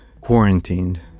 quarantined